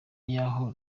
y’aho